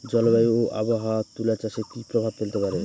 জলবায়ু ও আবহাওয়া তুলা চাষে কি প্রভাব ফেলতে পারে?